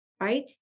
right